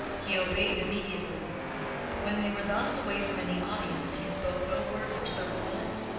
he obeyed immediately but when they were thus away from any audience, he spoke no word for several minutes,